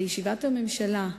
בישיבת הממשלה,